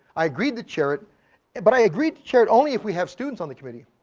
i agreed to chair it it but i agreed to chair it only if we have students on the committee.